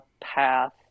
path